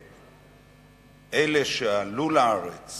שאלה שעלו לארץ